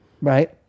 Right